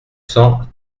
cent